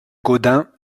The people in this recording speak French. gaudin